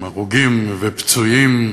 עם הרוגים ופצועים